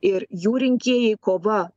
ir jų rinkėjai kova